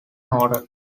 noted